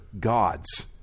gods